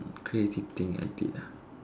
crazy thing I did ah